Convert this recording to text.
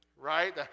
right